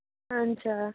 हुन्छ